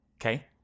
Okay